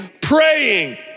praying